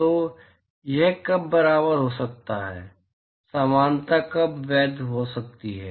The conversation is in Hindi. तो यह कब बराबर हो सकता है समानता कब वैध हो सकती है